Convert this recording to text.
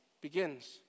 begins